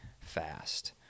fast